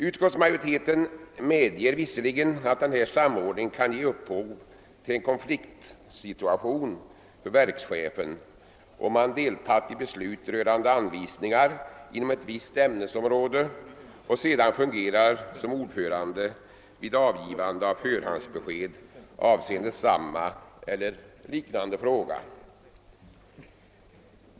Utskottsmajoriteten medger visserligen att denna samordning kan ge upphov till en konfliktsituation för verkschefen, om han deltagit i beslut rörande anvisningar inom ett visst ämnesområde och sedan fungerar som ordförande vid avgivande av förhandsbesked avseende samma eller liknande fråga.